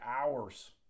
hours